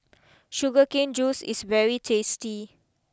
Sugar Cane juice is very tasty